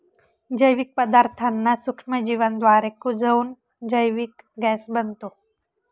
जैविक पदार्थांना सूक्ष्मजीवांद्वारे कुजवून जैविक गॅस बनतो